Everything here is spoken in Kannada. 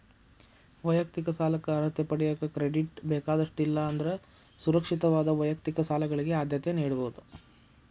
ವೈಯಕ್ತಿಕ ಸಾಲಕ್ಕ ಅರ್ಹತೆ ಪಡೆಯಕ ಕ್ರೆಡಿಟ್ ಬೇಕಾದಷ್ಟ ಇಲ್ಲಾ ಅಂದ್ರ ಸುರಕ್ಷಿತವಾದ ವೈಯಕ್ತಿಕ ಸಾಲಗಳಿಗೆ ಆದ್ಯತೆ ನೇಡಬೋದ್